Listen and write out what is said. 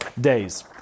days